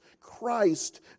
Christ